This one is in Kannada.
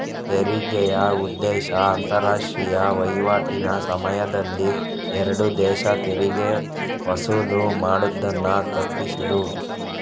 ತೆರಿಗೆಯ ಉದ್ದೇಶ ಅಂತಾರಾಷ್ಟ್ರೀಯ ವೈವಾಟಿನ ಸಮಯದಲ್ಲಿ ಎರಡು ದೇಶ ತೆರಿಗೆ ವಸೂಲು ಮಾಡುದನ್ನ ತಪ್ಪಿಸುದು